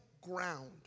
ground